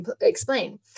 explain